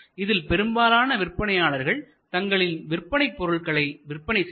இதில் பெரும்பாலான விற்பனையாளர்கள் தங்களின் விற்பனைப்பொருட்களை விற்பனை செய்வர்